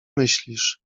myślisz